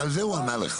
על זה הוא ענה לך.